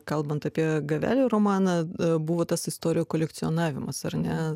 kalbant apie gavelio romaną buvo tas istorijų kolekcionavimas ar ne